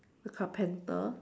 the carpenter